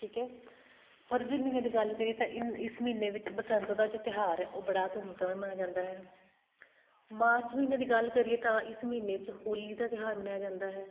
ਠੀਕ ਹੈ ਫਰਵਰੀ ਮਹੀਨੇ ਦੀ ਗੱਲ ਕਰੀਏ ਤਾਂ ਇਨ ਇਸ ਮਹੀਨੇ ਵਿੱਚ ਬਸੰਤ ਦਾ ਜੋ ਤਿਉਹਾਰ ਹੈ ਉਹ ਬੜਾ ਧੂਮਧਾਮ ਨਾਲ਼ ਮਨਾਇਆ ਜਾਂਦਾ ਹੈ ਮਾਰਚ ਮਹੀਨੇ ਦੀ ਗੱਲ ਕਰੀਏ ਤਾਂ ਇਸ ਮਹੀਨੇ ਵਿੱਚ ਹੋਲੀ ਦਾ ਤਿਉਹਾਰ ਮਨਾਇਆ ਜਾਂਦਾ ਹੈ